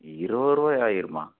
இருபதுரூவாய் ஆயிருமா